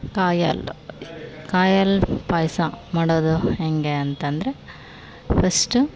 ಕಾಯಿ ಹಾಲು ಕಾಯಿ ಹಾಲು ಪಾಯಸ ಮಾಡೋದು ಹೇಗೆ ಅಂತಂದರೆ ಫಸ್ಟು